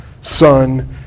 Son